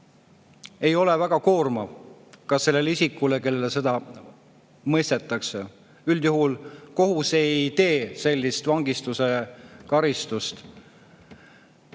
ei ole väga koormav ka sellele isikule, kellele see mõistetakse. Üldjuhul kohus ei [määra] sellist vangistuse karistust.